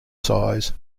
size